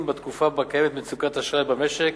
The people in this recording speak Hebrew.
בתקופה שבה קיימת מצוקת אשראי במשק.